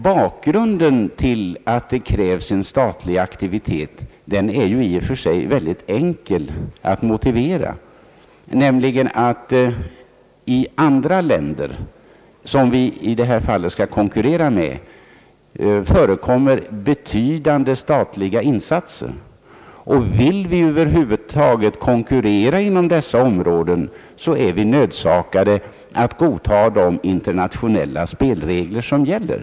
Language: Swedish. Bakgrunden till att det krävs en statlig aktivitet i det fallet är i och för sig mycket enkel. I andra länder, som vi i detta fall skall konkurrera med, förekommer betydande statliga insatser, och vill vi över huvud taget konkurrera inom dessa områden är vi nödsakade att godta de internationella spelregler som gäl Ang.